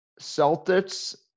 Celtics